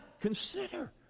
consider